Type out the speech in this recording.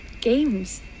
Games